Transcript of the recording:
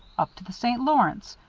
up to the st. lawrence.